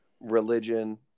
religion